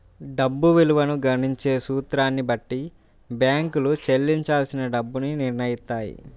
డబ్బు విలువను గణించే సూత్రాన్ని బట్టి బ్యేంకులు చెల్లించాల్సిన డబ్బుని నిర్నయిత్తాయి